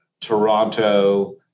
Toronto